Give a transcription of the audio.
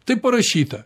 taip parašyta